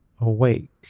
awake